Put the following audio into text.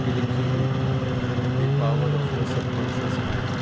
کی لکھی ہوئی the power of your subconscious mind